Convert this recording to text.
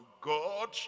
god